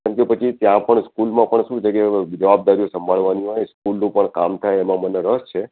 પણ જો ત્યાં પણ સ્કૂલમાં પણ શું છે કે જવાબદારીઓ સાંભળવાની હોય સ્કૂલનું પણ કામ થાય એમાં મને રસ છે